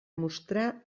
mostrar